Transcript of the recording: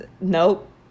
nope